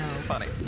funny